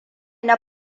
na